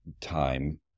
time